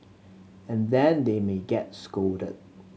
and then they may get scolded